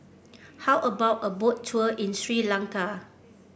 how about a Boat Tour in Sri Lanka